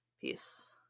peace